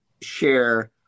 share